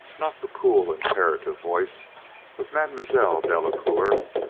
not the cool, imperative voice of mademoiselle delacoeur,